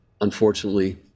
unfortunately